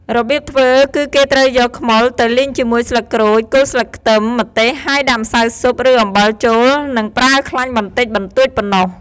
របៀបធ្វើ គឺគេត្រូវយកខ្មុលទៅលីងជាមួយស្លឹកក្រូច គល់ស្លឹកខ្ទឹម ម្ទេស ហើយដាក់ម្សៅស៊ុប ឬអំបិលចូល និងប្រើខ្លាញ់បន្តិចបន្តួចប៉ុណ្ណោះ។